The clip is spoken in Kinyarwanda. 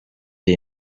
iri